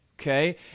okay